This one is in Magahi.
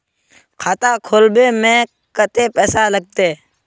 खाता खोलबे में कते पैसा लगते?